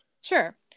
Sure